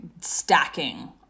stacking